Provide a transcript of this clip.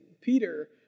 Peter